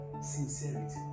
Sincerity